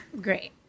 great